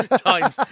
times